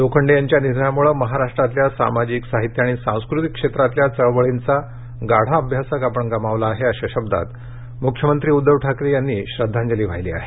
लोखंडे यांच्या निधनामुळे महाराष्ट्रातल्या सामाजिक साहित्य आणि सांस्कृतिक क्षेत्रातल्या चळवळींचा गाढा अभ्यासक आपण गमावला आहे अशा शब्दात मुख्यमंत्री उद्धव ठाकरे यांनी श्रद्धांजली वाहिली आहे